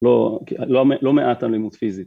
לא מעט אלימות פיזית.